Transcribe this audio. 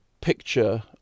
picture